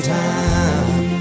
time